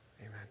Amen